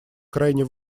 крайне